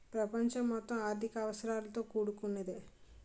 ప్రపంచం మొత్తం ఆర్థిక అవసరాలతో కూడుకున్నదే